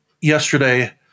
yesterday